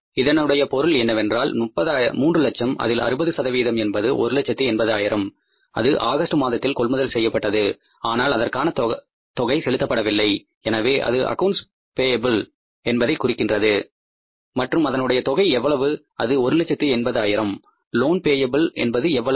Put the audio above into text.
இதனுடைய பொருள் என்னவென்றால் 300000 அதில் 60 சதவீதம் என்பது 180000 அது ஆகஸ்ட் மாதத்தில் கொள்முதல் செய்யப்பட்டது ஆனால் அதற்கான தொகை செலுத்தப்படவில்லை எனவே இது அக்கவுன்ட்ஸ் பேய்ப்பில் என்பதை குறிக்கின்றது மற்றும் அதனுடைய தொகை எவ்வளவு அது ஒரு லட்சத்து 80 ஆயிரம் லோன் பேய்ப்பில் என்பது எவ்வளவு